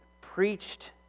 preached